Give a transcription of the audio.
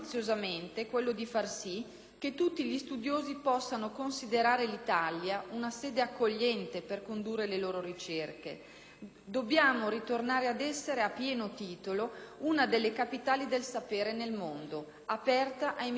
che tutti gli studiosi possano considerare l'Italia una sede accogliente per condurre le loro ricerche: dobbiamo ritornare ad essere a pieno titolo una delle capitali del sapere nel mondo, aperta ai migliori talenti.